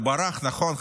הוא ברח, נכון?